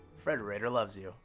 frederator loves you.